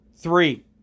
Three